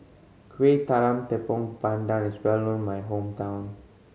Kuih Talam Tepong Pandan is well known in my hometown